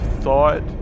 thought